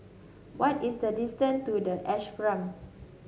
what is the distance to the Ashram